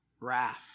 Wrath